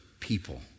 people